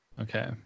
Okay